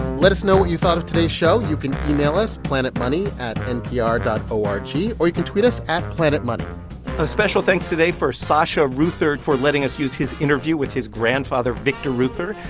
let us know what you thought of today's show. you can email us planetmoney at npr dot o r g or you can tweet us at planetmoney a special thanks today for sasha reuther for letting us use his interview with his grandfather, victor reuther.